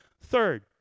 Third